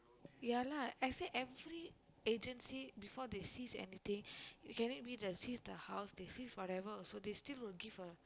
ya lah I say every agency before they cease anything can it be it they cease the house they cease whatever also they still will give a